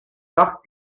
sarg